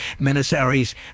miniseries